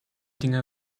dinger